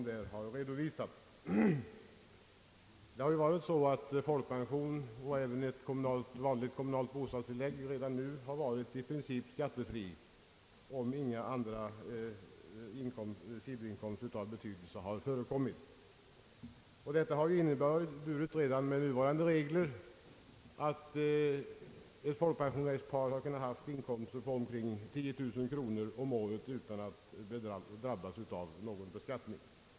Det har förhållit sig på det sättet, att folkpensionen och även ett vanligt kommunalt bostadstillägg redan nu varit i princip skattefritt, om inga andra sidoinkomster av betydelse har förekommit. Detta har redan med nuvarande regler inneburit att ett folkpensionärspar kunnat ha inkomster på omkring 10 000 kronor om året utan att drabbas av någon beskattning.